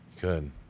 good